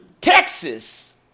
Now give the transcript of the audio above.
Texas